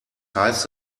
heißt